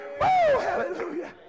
hallelujah